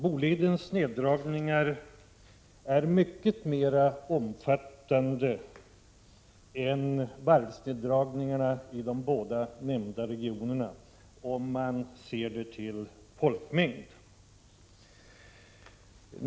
Bolidens nedläggningar är mycket mer omfattande än varvsindragningarna i de båda nämnda regionerna, om man ser till folkmängd.